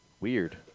Weird